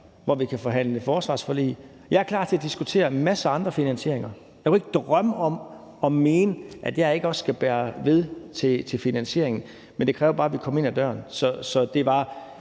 hvor vi kan forhandle forsvarsforlig. Jeg er klar til at diskutere en masse andre finansieringer, og jeg kunne ikke drømme om at mene, at jeg ikke også skal bære ved til finansieringen, men det kræver bare, at vi kommer ind ad døren.